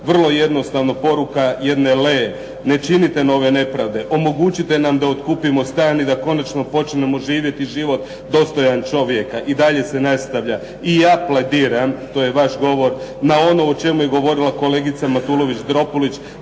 Vrlo jednostavno, poruka jedne Lee. Ne činite nove nepravde, omogućite nam da otkupimo stan i da konačno počnemo živjeti život dostojan čovjeka, i dalje se nastavlja. I ja plediram, to je vaš govor, na ono o čemu je govorila kolegica Matulović Dropulić